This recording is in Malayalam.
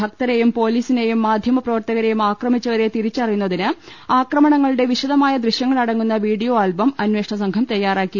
ഭക്തരെയും പൊലീസിനെയും മാധ്യമപ്രവർത്തക രെയും ആക്രമിച്ചവരെ തിരിച്ചറിയുന്നതിന് ആക്രമണ ങ്ങളുടെ വിശദമായ ദൃശ്യങ്ങടങ്ങുന്ന വീഡിയോ ആൽബം അന്വേഷണസംഘം തയ്യാറാക്കി